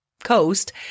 coast